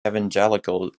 evangelical